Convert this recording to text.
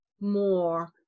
more